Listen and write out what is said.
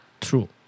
true